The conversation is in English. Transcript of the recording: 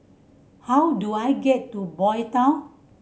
how do I get to Boy Town